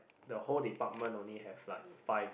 the whole department only have like five